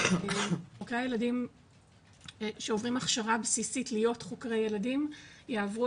חוקרי הילדים שעוברים הכשרה בסיסית להיות חוקרי ילדים יעברו